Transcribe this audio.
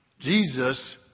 Jesus